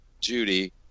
Judy